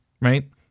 right